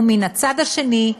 ומן הצד השני,